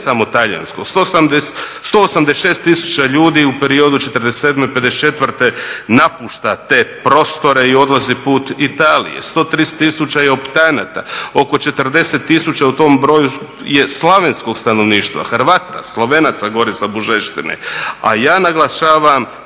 ne samo talijanskog, 186 tisuća ljudi u periodu 47., 54. napušta te prostore i odlazi put Italije, 130 tisuća je optanata, oko 40 tisuća u tom broju je Slavenskog stanovništva, Hrvata, Slovenaca gore sa Bužeštine. A ja naglašavam